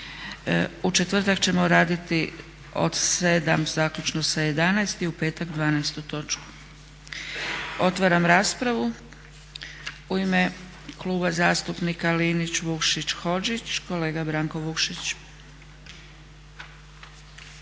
U četvrtak ćemo raditi od 7. zaključno sa 11. i u petak 12. točku. Otvaram raspravu. U ime Kluba zastupnika Linić, Vukšić, Hodžić kolega Branko Vukšić.